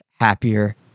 happier